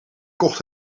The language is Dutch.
kocht